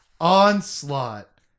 Onslaught